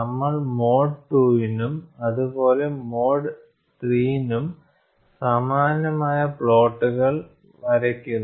നമ്മൾ mode II നും അതുപോലെ മോഡ് III നും സമാനമായ പ്ലോട്ടുകൾ വരയ്ക്കുന്നു